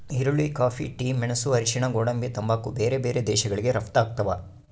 ಈರುಳ್ಳಿ coffee tea ಮೆಣಸು ಅರಿಶಿಣ ಗೋಡಂಬಿ ತಂಬಾಕು ಬೇರೆ ಬೇರೆ ದೇಶಗಳಿಗೆ ರಪ್ತಾಗ್ತಾವ